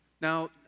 Now